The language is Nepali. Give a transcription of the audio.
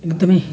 एकदमै